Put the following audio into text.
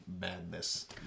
madness